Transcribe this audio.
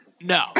No